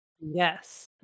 Yes